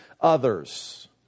others